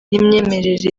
n’imyemerere